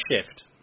shift